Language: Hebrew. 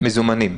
מזומנים.